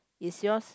is yours